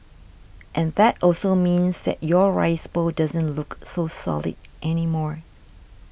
and that also means that your rice bowl doesn't look so solid anymore